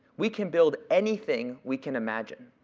we can build anything we can imagine.